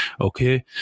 Okay